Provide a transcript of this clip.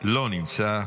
לא נמצא.